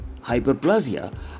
hyperplasia